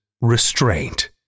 Restraint